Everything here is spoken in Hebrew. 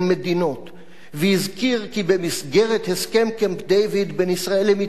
גנדי הזכיר כי במסגרת קמפ-דייוויד בין ישראל למצרים טרונספרו,